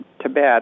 Tibet